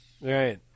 Right